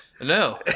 No